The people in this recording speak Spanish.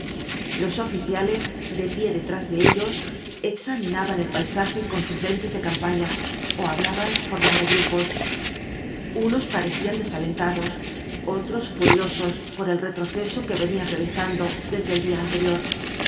los oficiales de pie detrás de ellos examinaban el paisaje con sus lentes de campaña ó hablaban formando grupos unos parecían desalentados otros furiosos por el retroceso que venían realizando desde el día anterior